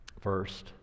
first